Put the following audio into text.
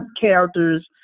characters